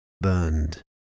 burned